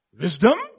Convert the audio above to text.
Wisdom